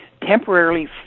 temporarily